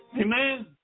Amen